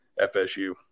FSU